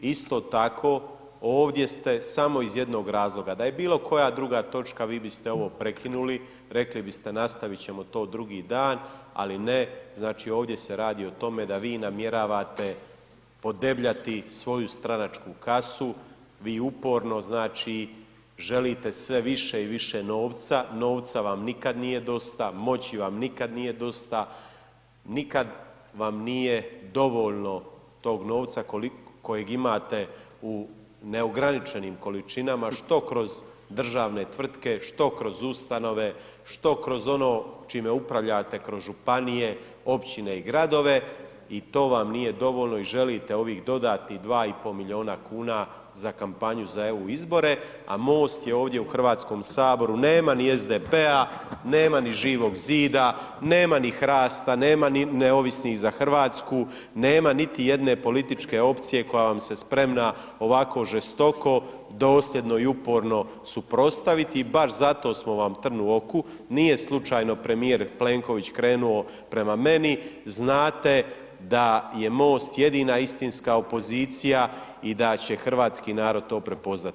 Isto tako, ovdje ste samo iz jednog razloga, da je bilo koja druga točka vi biste ovo prekinuli, rekli biste nastavit ćemo to drugi dan, ali ne, znači, ovdje se radi o tome da vi namjeravate podebljati svoju stranačku kasu, vi uporno znači, želite sve više i više novca, novca vam nikad nije dosta, moći vam nikad nije dosta, nikad vam nije dovoljno tog novca koliko, kojeg imate u neograničenim količinama, što kroz državne tvrtke, što kroz ustanove, što kroz ono čime upravljate kroz Županije, Općine i Gradove, i to vam nije dovoljno i želite ovih dodatnih 2,5 milijuna kuna za kampanju za EU izbore, a MOST je ovdje u Hrvatskom saboru, nema ni SDP-a, nema ni Živog zida, nema ni HRAST-a, nema ni Neovisnih za Hrvatsku, nema niti jedne političke opcija koja vam se spremna ovako žestoko, dosljedno i uporno suprotstaviti, i baš zato smo vam trn u oku, nije slučajno premijer Plenković krenuo prema meni, znate da je MOST jedina istinska opozicija, i da će hrvatski narod to prepoznati.